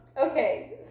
Okay